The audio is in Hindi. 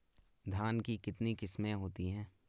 धान की कितनी किस्में होती हैं?